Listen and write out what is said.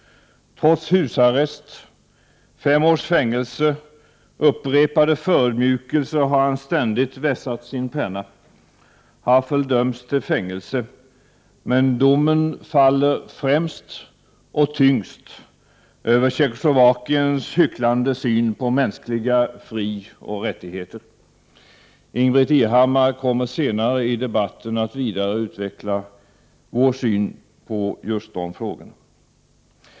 Trots husarrest, fem års fängelse och upprepade förödmjukelser har han ständigt vässat sin penna. Han döms till fängelse, men domen faller främst och tyngst över Tjeckoslovakiens hycklande syn på mänskliga frioch rättigheter. Ingbritt Irhammar kommer senare under debatten att vidareutveckla centerpartiets syn på just dessa frågor.